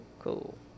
cool